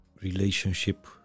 relationship